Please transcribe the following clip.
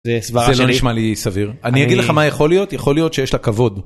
זה לא נשמע לי סביר אני אגיד לך מה יכול להיות יכול להיות שיש לה כבוד.